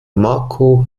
marco